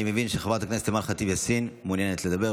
אני מבין שחברת הכנסת אימאן ח'טיב יאסין מעוניינת לדבר.